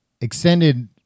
extended